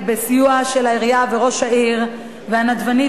בסיוע של העירייה וראש העיר והנדבנית,